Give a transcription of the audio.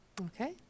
Okay